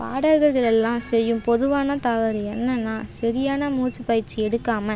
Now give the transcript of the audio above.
பாடகர்கள் எல்லாம் செய்யும் பொதுவான தவறு என்னென்னால் சரியான மூச்சுப் பயிற்சி எடுக்காமல்